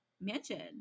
mansion